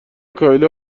کایلا